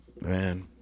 man